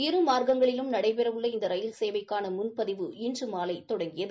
இரு மார்க்கங்களிலும் நடைபெறவுள்ள இந்த ரயில் சேவைக்கான முன்பதிவு இன்று மாலை தொடங்கியது